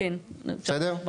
בסדר?